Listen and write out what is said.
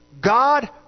God